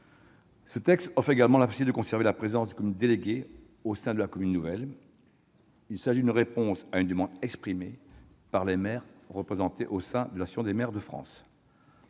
Le texte offre également la possibilité de conserver la présence de communes déléguées au sein de la commune nouvelle. Il s'agit d'une réponse à une demande exprimée par les maires représentés par l'AMF. Porter le projet